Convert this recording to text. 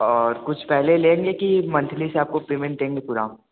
और कुछ पहले लेंगे कि मंथली से आपको पेमेंट देंगे पूरा